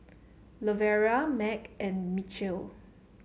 Lavera Mack and Mitchell